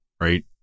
right